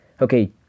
okay